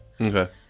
okay